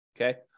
okay